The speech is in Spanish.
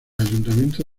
ayuntamiento